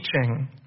teaching